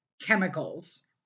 chemicals